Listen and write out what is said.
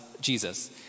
Jesus